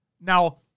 Now